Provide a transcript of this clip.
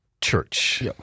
church